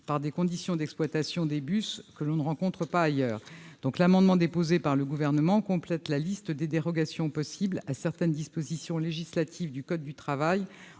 par des conditions d'exploitation des bus que l'on ne rencontre pas ailleurs. Cet amendement tend à compléter la liste des dérogations possibles à certaines dispositions législatives du code du travail